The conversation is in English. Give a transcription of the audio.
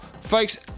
Folks